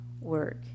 work